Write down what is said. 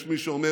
יש מי שאומר: